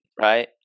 right